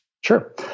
Sure